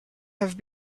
have